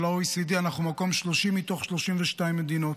ה-OECD אנחנו במקום 30 מתוך 32 מדינות,